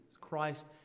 Christ